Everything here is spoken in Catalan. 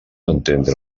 entendre